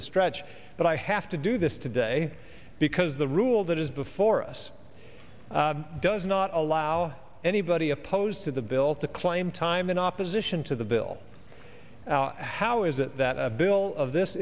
a stretch but i have to do this today because the rule that is before us does not allow anybody opposed to the bill to claim time in opposition to the bill how is it that a bill of this